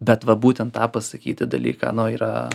bet va būtent tą pasakyti dalyką nu yra